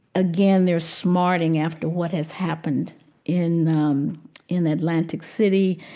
again, they're smarting after what has happened in um in atlantic city.